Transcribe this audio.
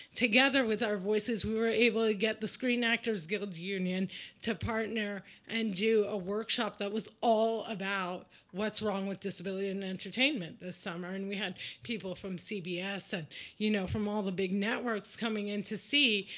together with our voices, we were able to get the screen actors guild union to partner and do a workshop that was all about what's wrong with disability in and entertainment, this summer. and we had people from cbs and you know from all the big networks coming in to see.